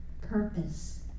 Purpose